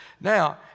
Now